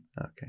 Okay